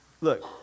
look